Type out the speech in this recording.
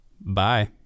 Bye